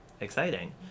Exciting